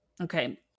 Okay